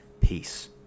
peace